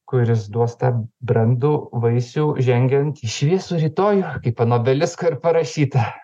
kuris duos tą brandų vaisių žengiant į šviesų rytojų kaip ant obelisko ir parašyta